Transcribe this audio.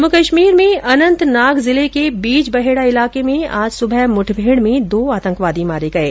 जम्मू कश्मीर में अनन्तनाग जिले के बीज बहेडा इलाके में आज सुबह मुठभेड़ में दो आतंकवादी मारे गये